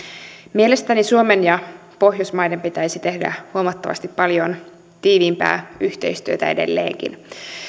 mielestäni suomen ja pohjoismaiden pitäisi tehdä huomattavasti tiiviimpää yhteistyötä edelleenkin